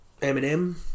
Eminem